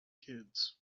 kids